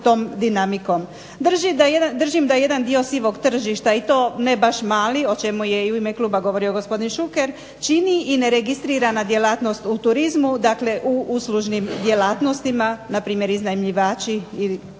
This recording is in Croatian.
Držim da jedan dio sivog tržišta i to ne baš mali, o čemu je u ime kluba govorio gospodin Šuker, čini i neregistrirana djelatnost u turizmu, dakle u uslužnim djelatnostima npr. iznajmljivači itd.,